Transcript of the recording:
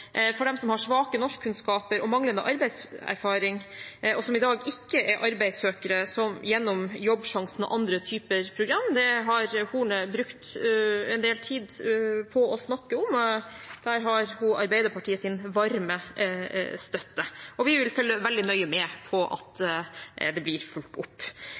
for dem som har svake norskkunnskaper og manglende arbeidserfaring, og som i dag ikke er arbeidssøkere gjennom Jobbsjansen og andre typer program. Det har Horne brukt en del tid på å snakke om, der har hun Arbeiderpartiets varme støtte, og vi vil følge veldig nøye med på at dette blir fulgt opp.